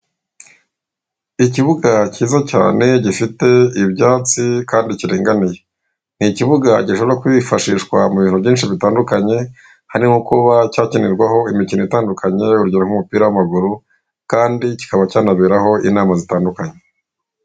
Ikibuga cyiza cyane gifite ibyatsi kandi kiringaniye, ni ikibuga gishobora kwifashishwa mubintu byinshi bitandukanye harimo kuba cyakinirwaho imikino itandukanye urugero nk'umupira w'amaguru kandi kikaba cyanaberaho inama zitandukanye.